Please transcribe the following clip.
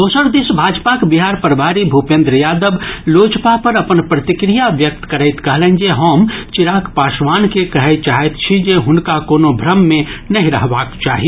दोसर दिस भाजपाक बिहार प्रभारी भूपेन्द्र यादव लोजपा पर अपन प्रतिक्रिया व्यक्त करैत कहलनि जे हम चिराग पासवान के कहय चाहैत छी जे हुनका कोनो भ्रम मे नहि रहबाक चाही